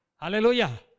Hallelujah